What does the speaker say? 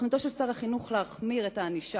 תוכניתו של שר החינוך להחמיר את הענישה